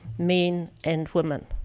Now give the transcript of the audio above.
men and women.